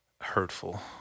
hurtful